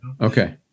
okay